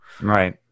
right